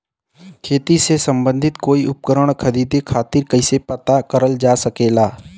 खेती से सम्बन्धित कोई उपकरण खरीदे खातीर कइसे पता करल जा सकेला?